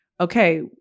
okay